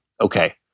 Okay